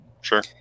sure